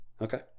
Okay